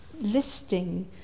listing